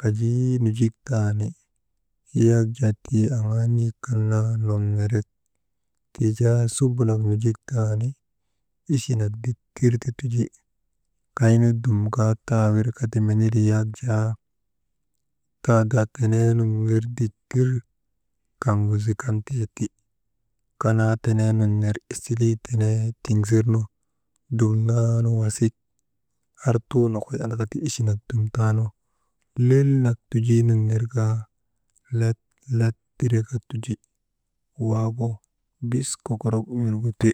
kajii nujik taani, yak jaa tii aŋaa niyek kan naa nonnorek ti jaa subu nak nujik taani, ichi nak ditir ti tuji. Kay nu dum kaa tawirka ti minili yak jaa taadaa teneenun ner kaŋgu zikan teeti. Kanaa tenee nun ner isilii tiŋsernu dumnaanu wasik artuu nokoy yan ti ichi nak dum taanu lell nak tujii nun ner kaa let let tireka tuji, waagu biskokorok wirgu ti.